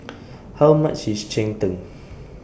How much IS Cheng Tng